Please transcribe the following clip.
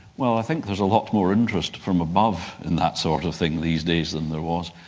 well, i think there's a lot more interest from above in that sort of thing these days than there was.